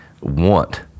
want